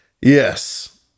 Yes